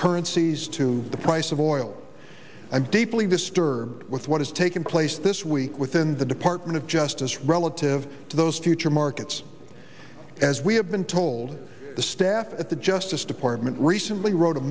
currencies to the price of oil i'm deeply disturbed with what has taken place this week within the department of justice relative to those teacher markets as we have been told the staff at the justice department recently wrote a